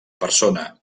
persona